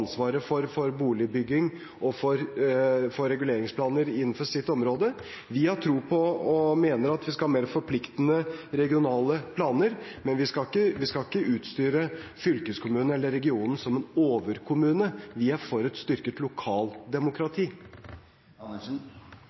for reguleringsplaner innenfor sitt område. Vi har tro på og mener at vi skal ha mer forpliktende regionale planer, men vi skal ikke utstyre fylkeskommunen eller regionen som en overkommune. Vi er for et styrket